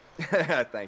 thank